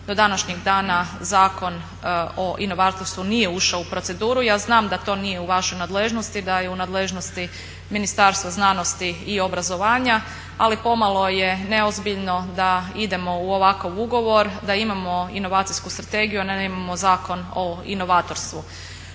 do današnjeg dana zakon o inovatorstvu nije ušao u proceduru. Ja znam da to nije u vašoj nadležnosti, da je u nadležnosti Ministarstva znanosti i obrazovanja, ali pomalo je neozbiljno da idemo u ovakav ugovor, da imamo inovacijsku strategiju, a ne da imamo zakon o inovatorstvu.